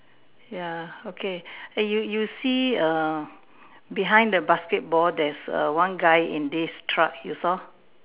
ya okay and you you you see err behind the basketball there's a one guy in this truck you saw